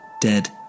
dead